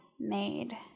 made